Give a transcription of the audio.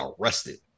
arrested